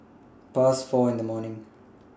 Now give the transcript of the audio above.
Past four in The morning